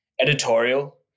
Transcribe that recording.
Editorial